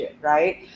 right